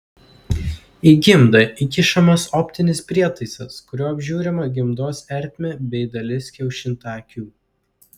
į gimdą įkišamas optinis prietaisas kuriuo apžiūrima gimdos ertmė bei dalis kiaušintakių